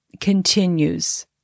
continues